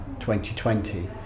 2020